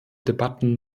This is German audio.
debatten